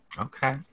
okay